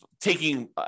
taking